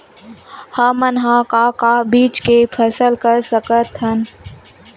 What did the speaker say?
हमन ह का का बीज के फसल कर सकत हन?